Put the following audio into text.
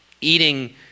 eating